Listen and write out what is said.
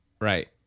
Right